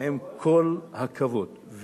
ועם כל הכבוד,